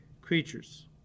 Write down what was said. creatures